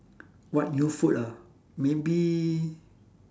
what new food ah maybe